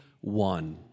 one